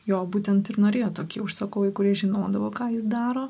jo būtent ir norėjo tokie užsakovai kurie žinodavo ką jis daro